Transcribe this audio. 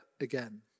again